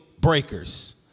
breakers